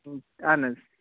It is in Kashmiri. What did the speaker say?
اہَن حظ